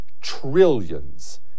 trillions